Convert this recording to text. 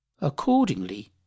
Accordingly